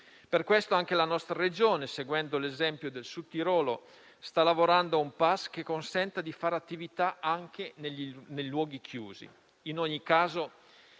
Per questo anche la nostra Regione, seguendo l'esempio del Sud Tirolo, sta lavorando a un *pass* che consenta di fare attività anche negli nei luoghi chiusi.